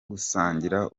gusangira